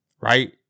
Right